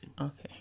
Okay